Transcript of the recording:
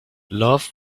love